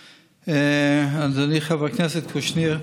אדוני חבר הכנסת קושניר,